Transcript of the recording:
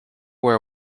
where